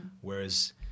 Whereas